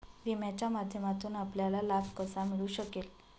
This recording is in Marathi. विम्याच्या माध्यमातून आपल्याला लाभ कसा मिळू शकेल?